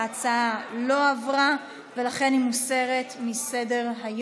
ההצעה לא עברה, ולכן היא מוסרת מסדר-היום.